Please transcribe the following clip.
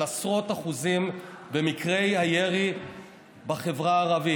עשרות אחוזים במקרי הירי בחברה הערבית,